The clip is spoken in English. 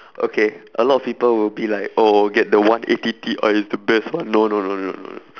okay a lot of people will be like oh get the one eighty T-I it's the best one no no no no no no